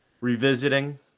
revisiting